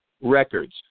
records